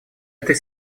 этой